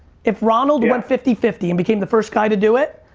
if ronald went fifty fifty and became the first guy to do it,